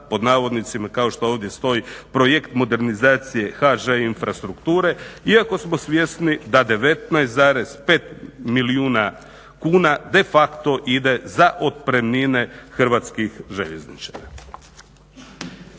obnovu i razvoj za "Projekt modernizacije HŽ infrastrukture" iako smo svjesni da 19,5 milijuna kuna de facto ide za otpremnine hrvatskih željezničara.